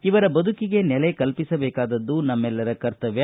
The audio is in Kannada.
ಇವರ ಬದುಕಿಗೆ ನೆಲೆ ಕಲ್ಪಿಸಬೇಕಾದದ್ದು ನಮ್ಮೆಲ್ಲರ ಕರ್ತವ್ಯ